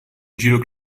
judo